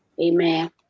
Amen